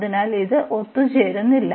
അതിനാൽ ഇത് ഒത്തുചേരുന്നില്ല